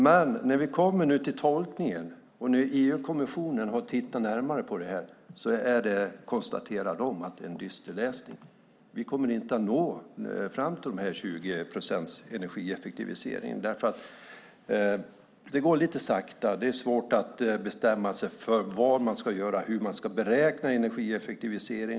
Men när det gäller tolkningen har EU-kommissionen tittat närmare på detta och konstaterar att det är en dyster läsning. Vi kommer inte att nå fram till en energieffektivisering på 20 procent därför att det går lite sakta och man har svårt att bestämma sig för vad man ska göra och hur man ska beräkna energieffektivisering.